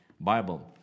Bible